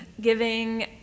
giving